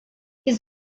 his